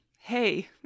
hey